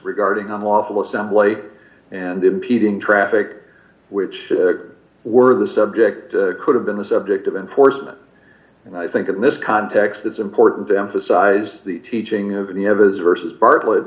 regarding unlawful assembly and impeding traffic which were the subject could have been the subject of enforcement and i think in this context it's important to emphasize the teaching and you have as versus bartlet